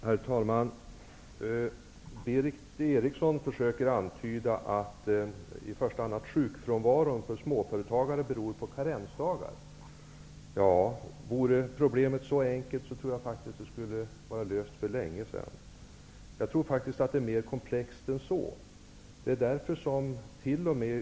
Herr talman! Berith Eriksson försöker antyda att sjukfrånvaron för småföretagare i första hand är beroende av antalet karensdagar. Vore problemet så enkelt hade det lösts för länge sedan. Jag tror faktiskt att problemet är mer komplext än så.